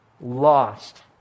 Lost